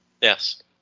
Yes